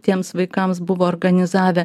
tiems vaikams buvo organizavę